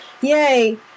Yay